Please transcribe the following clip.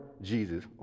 Jesus